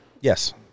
Yes